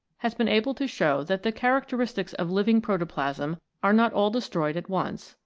has been able to show that the characteristics of living protoplasm are not all destroyed at once,